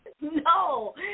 no